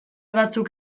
batzuk